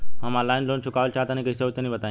हम online loan चुकावल चाहऽ तनि कइसे होई तनि बताई?